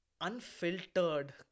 unfiltered